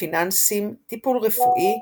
פיננסים, טיפול רפואי,